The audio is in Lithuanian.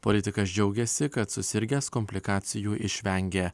politikas džiaugiasi kad susirgęs komplikacijų išvengė